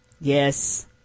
Yes